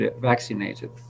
vaccinated